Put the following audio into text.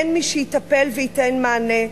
אין מי שיטפל וייתן מענה.